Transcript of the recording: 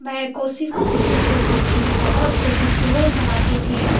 में कोशिश कोशिश की बहुत कोशिश की रोज बनाती थी